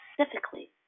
specifically